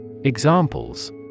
Examples